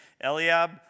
Eliab